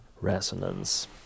resonance